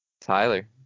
Tyler